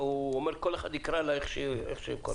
הוא אומר שכל אחד יקרא לה כפי שהוא קורא.